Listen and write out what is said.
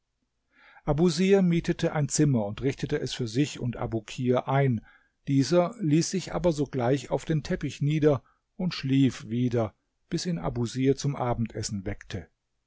abusir mietete ein zimmer und richtete es für sich und abukir ein dieser ließ sich aber sogleich auf den teppich nieder und schlief wieder bis ihn abusir zum abendessen weckte